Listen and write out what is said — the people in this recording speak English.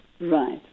Right